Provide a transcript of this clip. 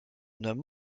nomme